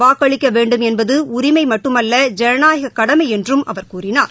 வாக்களிக்கவேண்டும் என்பதுஉரிமைமட்டுமல்ல ஜனநாயககடமைஎன்றும் அவர் கூறினார்